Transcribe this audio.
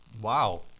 Wow